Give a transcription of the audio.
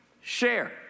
share